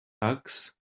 tux